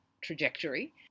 trajectory